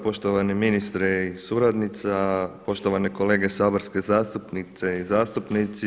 Poštovani ministre i suradnica, poštovane kolege saborske zastupnice i zastupnici.